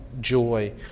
Joy